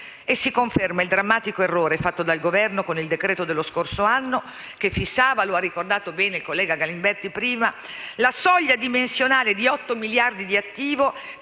Si conferma il drammatico errore fatto dal Governo con il decreto dello scorso anno che fissava - lo ha ricordato bene il collega Galimberti prima - la soglia dimensionale di 8 miliardi di attivo